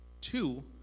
Two